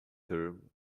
term